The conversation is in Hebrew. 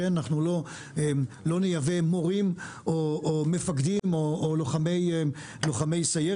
כי הרי אנחנו לא נייבא מורים או מפקדים או לוחמי סיירת.